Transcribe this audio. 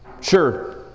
Sure